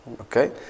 okay